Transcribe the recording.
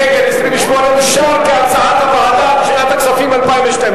כהצעת הוועדה, נתקבל.